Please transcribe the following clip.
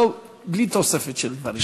בלי תוספת של דברים.